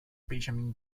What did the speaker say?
benjamin